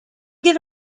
get